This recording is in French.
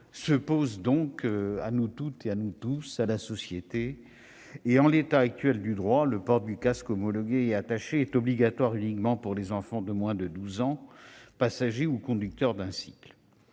se pose donc à nous toutes et à nous tous, à la société dans son ensemble. En l'état actuel du droit, le port d'un casque homologué et attaché est obligatoire uniquement pour les enfants de moins de 12 ans, passagers ou conducteurs d'un cycle.